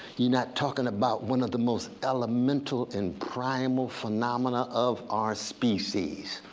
you're not talking about one of the most elemental and primal phenomenon of our species.